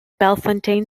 bellefontaine